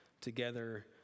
together